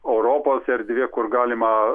europos erdvė kur galima